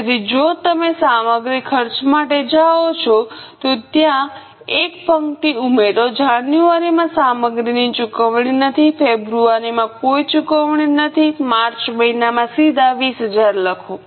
તેથી જો તમે સામગ્રી ખર્ચ માટે જાઓ છો ત્યાં એક પંક્તિ ઉમેરો જાન્યુઆરીમાં સામગ્રીની ચુકવણી નથી ફેબ્રુઆરીમાં કોઈ ચુકવણી નથીમાર્ચ મહિનામાં સીધા 20000 લખો